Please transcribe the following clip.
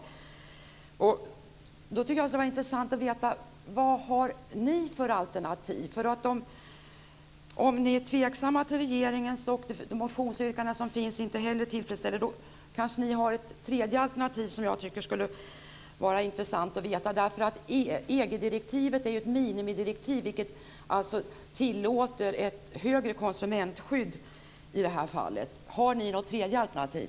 Jag tycker att det skulle vara intressant att veta vad ni har för alternativ. Om ni är tveksamma till regeringens förslag och de motionsyrkanden som finns inte heller tillfredsställer kanske ni har ett tredje alternativ som jag skulle tycka var intressant att känna till. EG-direktivet är ju ett minimidirektiv, vilket tillåter ett högre konsumentskydd i det här fallet. Har ni ett tredje alternativ?